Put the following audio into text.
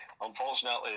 unfortunately